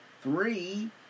Three